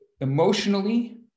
Emotionally